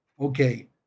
okay